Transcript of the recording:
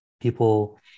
people